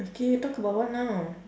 okay talk about what now